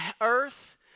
earth